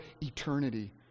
eternity